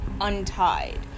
untied